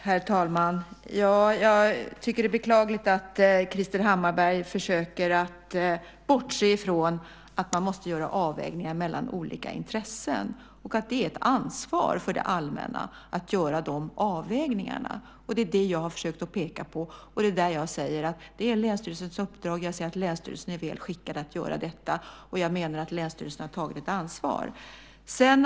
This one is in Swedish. Herr talman! Jag tycker att det är beklagligt att Krister Hammarbergh försöker att bortse från att man måste göra avvägningar mellan olika intressen. Det är ett ansvar för det allmänna att göra de avvägningarna. Det är vad jag har försökt att peka på. Det är länsstyrelsens uppdrag, och länsstyrelsen är väl skickad att göra detta. Jag menar att länsstyrelsen har tagit ett ansvar.